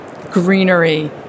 greenery